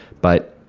but,